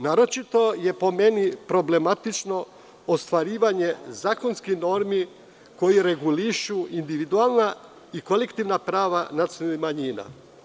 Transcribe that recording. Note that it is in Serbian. Naročito je problematično ostvarivanje zakonskih normi koje regulišu individualna i kolektivna prava nacionalnih manjina.